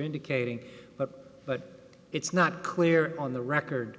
indicating but but it's not clear on the record